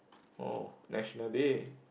oh National Day